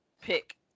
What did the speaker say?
pick